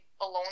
alone